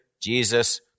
Jesus